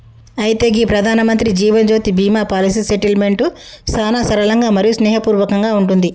అయితే గీ ప్రధానమంత్రి జీవనజ్యోతి బీమా పాలసీ సెటిల్మెంట్ సానా సరళంగా మరియు స్నేహపూర్వకంగా ఉంటుంది